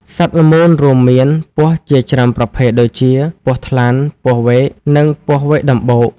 សត្វល្មូន រួមមាន ពស់ ជាច្រើនប្រភេទដូចជា ពស់ថ្លាន់ ពស់វែក និងពស់វែកដំបូក។